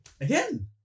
Again